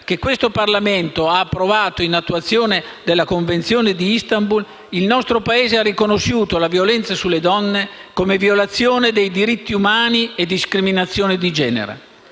che questo Parlamento ha approvato in attuazione della Convenzione di Istanbul, il nostro Paese ha riconosciuto la violenza sulle donne come violazione dei diritti umani e discriminazione di genere;